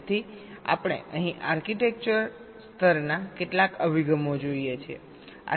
તેથી આપણે અહીં આર્કિટેક્ચર સ્તરના કેટલાક અભિગમો જોઈએ છીએ